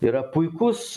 yra puikus